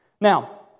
Now